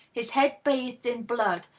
his head bathed in blood,